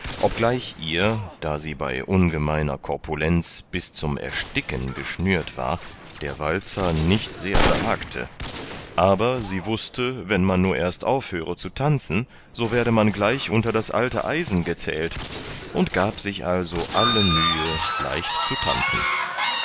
obgleich ihr da sie bei ungemeiner korpulenz bis zum ersticken geschnürt war der walzer nicht sehr behagte aber sie wußte wenn man nur erst aufhöre zu tanzen so werde man gleich unter das alte eisen gezählt und gab sich also alle mühe leicht zu tanzen